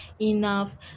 enough